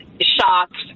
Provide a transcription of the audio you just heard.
shocked